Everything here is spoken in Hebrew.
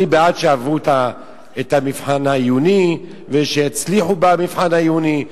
אני בעד שיעברו את המבחן העיוני ושיצליחו במבחן העיוני,